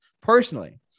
Personally